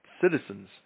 citizens